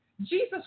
Jesus